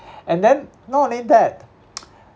and then not only that